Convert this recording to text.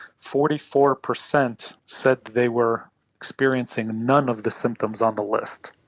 forty four percent said they were experiencing none of the symptoms on the list.